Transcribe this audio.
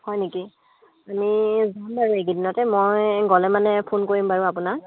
হয় নেকি আমি যাম বাৰু এইকেইদিনতে মই গ'লে মানে ফোন কৰিম বাৰু আপোনাক